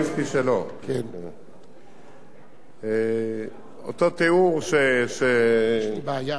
1 3. אותו תיאור שמוצג כאן,